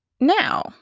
Now